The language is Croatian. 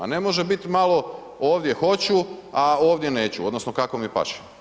Ne može biti malo ovdje hoću, a ovdje neću odnosno kako mi paše.